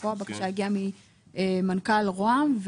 פה הבקשה הגיעה ממנכ"ל רוה"מ,